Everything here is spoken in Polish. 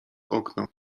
okno